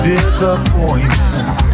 Disappointment